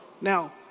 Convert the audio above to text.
Now